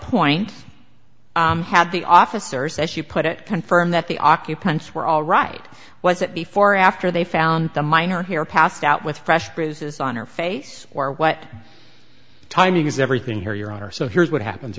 point had the officers as you put it confirm that the occupants were all right was it before or after they found the miner here passed out with fresh bruises on her face or what timing is everything here your honor so here's what happens